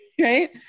right